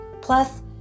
Plus